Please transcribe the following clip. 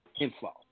info